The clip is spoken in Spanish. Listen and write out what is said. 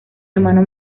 hermano